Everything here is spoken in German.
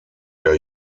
der